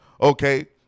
okay